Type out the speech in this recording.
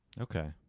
Okay